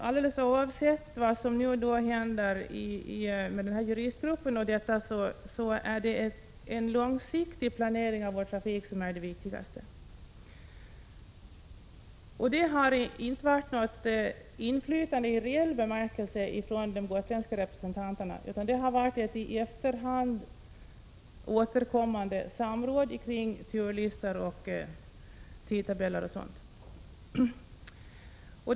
Alldeles oavsett vad som nu händer med juristgruppen så är en långsiktig planering av vår trafik det viktigaste. De gotländska representanterna har inte haft något inflytande i reell bemärkelse, utan det har alltså varit ett i efterhand återkommande samråd om turlistor, tidtabeller osv.